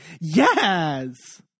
yes